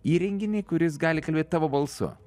įrenginį kuris gali kalbėt savo balsu